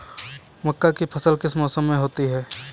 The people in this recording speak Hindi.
मक्का की फसल किस मौसम में होती है?